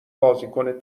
بازیکن